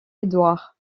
édouard